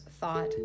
thought